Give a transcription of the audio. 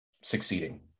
succeeding